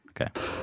Okay